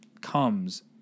comes